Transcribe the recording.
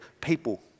people